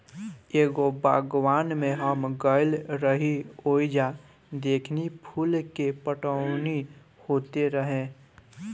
एगो बागवान में हम गइल रही ओइजा देखनी की फूल के पटवनी होत रहे